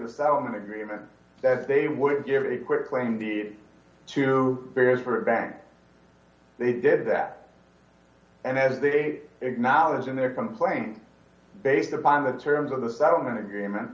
the settlement agreement that they would give a quick claim be to various for a bank they did that and as they acknowledged in their complaint based upon the terms of the settlement agreement